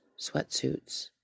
sweatsuits